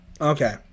Okay